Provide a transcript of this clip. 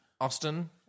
Austin